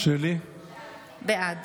בעד